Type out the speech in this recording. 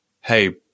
hey